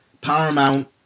Paramount